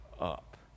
up